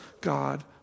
God